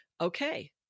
okay